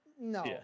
No